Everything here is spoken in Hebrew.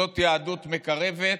זאת יהדות מקרבת,